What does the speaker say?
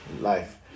life